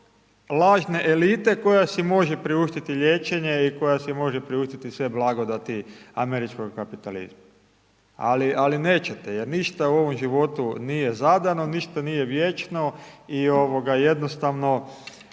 lažne elite koja se može priuštiti liječenje i koja si može priuštiti sve blagodati američkoga kapitalizma, ali nećete jer ništa u ovom životu nije zadano, ništa nije vječno i ovoga jednostavno